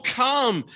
come